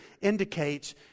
indicates